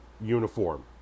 uniform